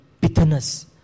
bitterness